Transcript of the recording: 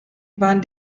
waren